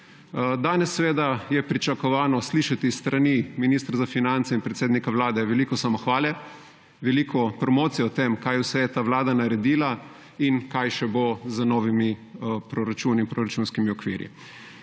Danes je pričakovano slišati s strani ministra za finance in predsednika vlade veliko samohvale, veliko promocije o tem, kaj vse je ta vlada naredila in kaj še bo z novimi proračuni in proračunskimi okviri.